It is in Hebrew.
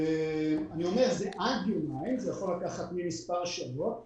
זה עד יומיים, וזה יכול לקחת מספר שעות.